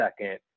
second